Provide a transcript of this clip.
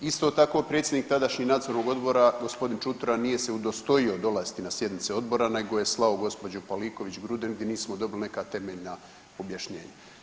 Isto tako predsjednik tadašnjeg nadzornog odbora gospodin Čutura nije se udostojio dolaziti na sjednice odbora nego je slao gospođu Paliković Gruden gdje nismo dobili neka temeljna objašnjenja.